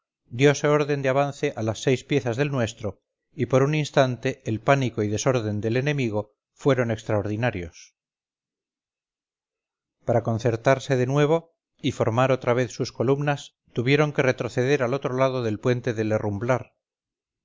centro diose orden de avance a las seis piezas del nuestro y por un instante el pánico y desorden del enemigo fueron extraordinarios para concertarse de nuevo y formar otra vez sus columnas tuvieron que retroceder al otro lado del puente del herrumblar